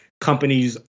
companies